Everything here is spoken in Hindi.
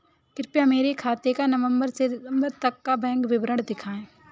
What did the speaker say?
कृपया मेरे खाते का नवम्बर से दिसम्बर तक का बैंक विवरण दिखाएं?